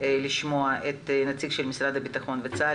לשמוע את נציג משרד הביטחון וצה"ל,